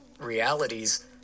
realities